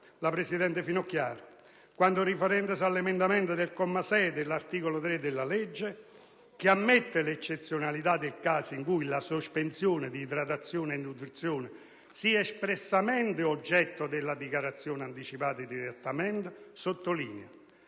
la presidente Finocchiaro quando, riferendosi all'emendamento del comma 6 dell'articolo 3 del disegno di legge, che ammette l'eccezionalità del caso in cui la sospensione di idratazione e nutrizione sia espressamente oggetto della dichiarazione anticipata di trattamento, sottolinea: